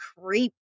creep